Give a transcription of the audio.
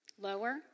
Lower